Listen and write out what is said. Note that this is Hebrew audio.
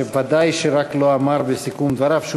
שוודאי רק לא אמר בסיכום דבריו שהוא